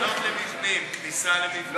מבנה, האזנות למבנים, כניסה למבנים.